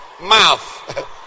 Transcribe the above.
Mouth